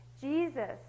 Jesus